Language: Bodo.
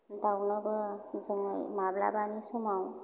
दावनोबो जोङो माब्लाबानि समाव